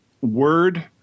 Word